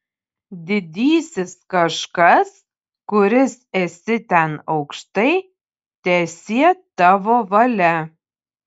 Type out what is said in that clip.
didysis kažkas kuris esi ten aukštai teesie tavo valia